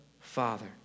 Father